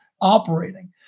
operating